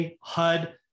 HUD